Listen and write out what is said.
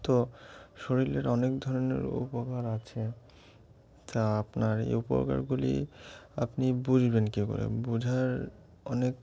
তো শরীরের অনেক ধরনের উপকার আছে তা আপনার এই উপকারগুলি আপনি বুঝবেন কী করে বোঝার অনেক